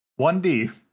1D